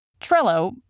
Trello